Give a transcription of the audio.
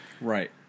right